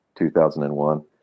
2001